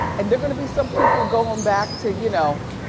and there're gonna be some people going back to, you know,